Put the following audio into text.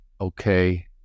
Okay